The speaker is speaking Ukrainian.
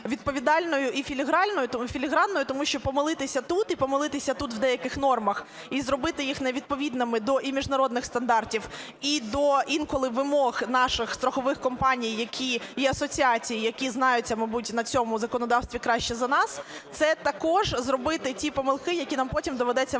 відповідальною і філігранною. Тому що помилитися тут, і помилитися тут в деяких нормах, і зробити їх невідповідними до і міжнародних стандартів, і до інколи вимог наших страхових компаній і асоціацій, які знаються, мабуть, на цьому законодавстві краще за нас, – це також зробити ті помилки, які нам потім доведеться виправляти.